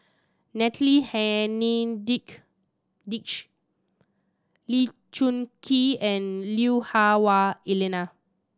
Natalie Henne dige Lee Choon Kee and Lui Hah Wah Elena